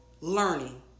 learning